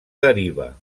deriva